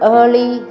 Early